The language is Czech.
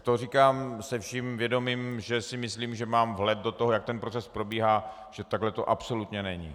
To říkám se vším vědomím, že si myslím, že mám vhled do toho, jak proces probíhá, že takhle to absolutně není.